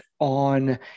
on